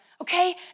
okay